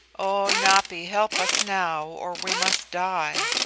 oh, napi, help us now or we must die.